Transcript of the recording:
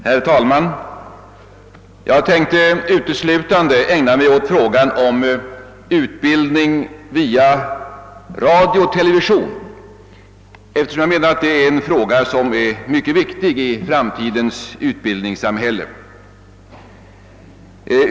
Herr talman! Jag tänker uteslutande ägna mig åt frågan om utbildning via radio och television, eftersom den enligt min mening är mycket viktig i framtidens utbildningssamhälle.